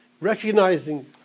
recognizing